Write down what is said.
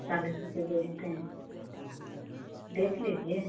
चालीस रुपये बेचते हैं देख लीजिए